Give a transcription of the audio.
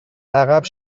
عقب